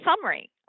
summary